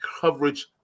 coverage